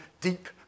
deep